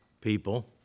people